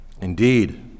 indeed